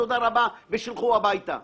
תודה רבה ושילכו הביתה.